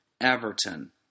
Everton